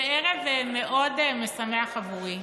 זה ערב מאוד משמח עבורי,